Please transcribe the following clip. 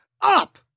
up